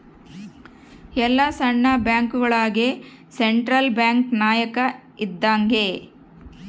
ಎಲ್ಲ ಸಣ್ಣ ಬ್ಯಾಂಕ್ಗಳುಗೆ ಸೆಂಟ್ರಲ್ ಬ್ಯಾಂಕ್ ನಾಯಕ ಇದ್ದಂಗೆ